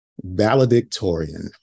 Valedictorian